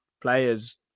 players